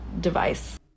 device